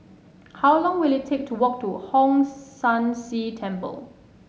how long will it take to walk to Hong San See Temple